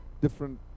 different